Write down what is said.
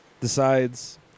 decides